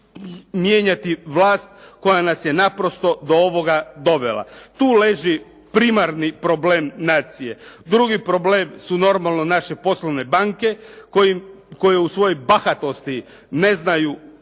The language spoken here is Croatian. mijenjati vlast koja nas je naprosto do ovoga dovela. Tu leži primarni problem nacije. Drugi problem su normalno naše poslovne banke koje u svojoj bahatosti ne znaju